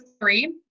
three